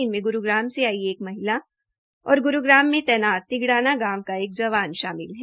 इनमें ग्रूग्राम से आई एक महिला और ग्रूग्राम में तैनात तिगडाना गांव के एक जवान शामिल है